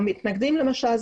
המתנגדים למשל,